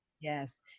yes